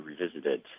revisited